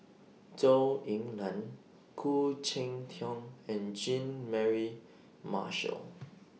Zhou Ying NAN Khoo Cheng Tiong and Jean Mary Marshall